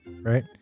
right